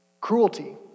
cruelty